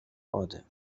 order